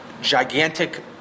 gigantic